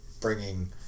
bringing